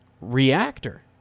reactor